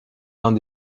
dans